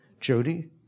Jody